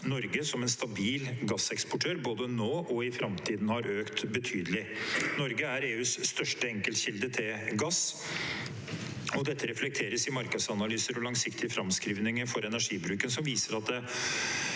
Norge som en stabil gasseksportør, både nå og i framtiden, har økt betydelig. Norge er EUs største enkeltkilde til gass, og dette reflekteres i markedsanalyser og langsikti ge framskrivninger for energibruken, som viser at det